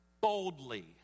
boldly